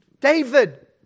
David